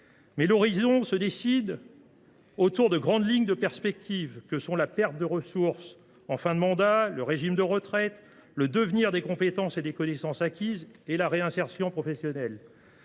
L’horizon se dessine autour de grandes lignes de perspective que sont la perte de ressources en fin de mandat, le régime de retraite, le devenir des compétences et des connaissances acquises et la réinsertion professionnelle.